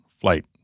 flight